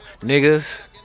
Niggas